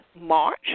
March